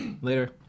Later